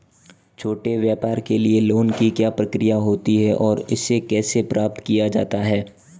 छोटे व्यापार के लिए लोंन की क्या प्रक्रिया होती है और इसे कैसे प्राप्त किया जाता है?